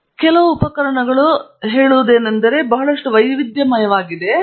ಆದ್ದರಿಂದ ಇದು ಕೆಲವು ಉಪಕರಣಗಳು ನಾನು ಹೇಳುವುದೇನೆಂದರೆ ಬಹಳಷ್ಟು ವೈವಿಧ್ಯಮಯವಾಗಿದೆ